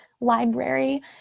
library